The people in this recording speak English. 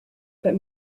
but